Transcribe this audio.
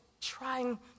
trying